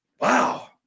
wow